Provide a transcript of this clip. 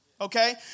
okay